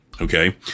okay